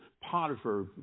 Potiphar